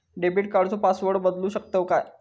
Debit कार्डचो password बदलु शकतव काय?